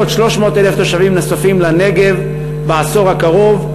300,000 תושבים נוספים לנגב בעשור הקרוב,